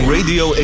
Radio